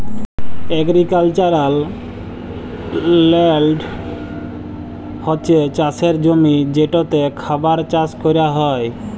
agricultural land হছে চাষের জমি যেটতে খাবার চাষ ক্যরা হ্যয়